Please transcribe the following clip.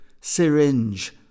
syringe